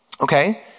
Okay